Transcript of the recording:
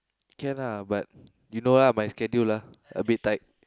can lah but you know lah my schedule ah a bit tight